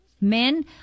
Men